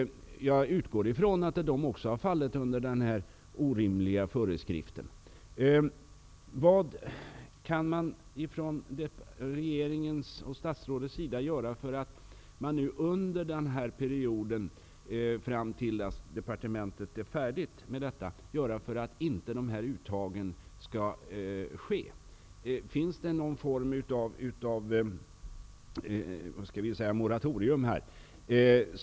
Jag utgår från att dessa också omfattas av den här orimliga föreskriften. Vad kan regeringen och statsrådet göra för att, fram till dess att departementet är färdigt med sitt arbete, undvika att de här uttagen sker? Finns det möjlighet till någon form av moratorium här?